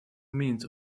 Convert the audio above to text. means